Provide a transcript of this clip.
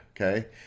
okay